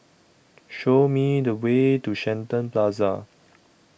Show Me The Way to Shenton Plaza